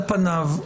על פניו,